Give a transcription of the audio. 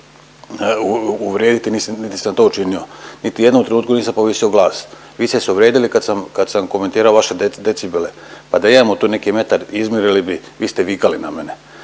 uvrediti, niti sam to učinio, niti u jednom trenutku nisam povisio glas. Vi ste se uvrijedili kad sam, kad sam komentirao vaše decibele, pa da imamo tu neki metar izmjerili bi, vi ste vikali na mene.